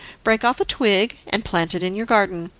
break off a twig, and plant it in your garden,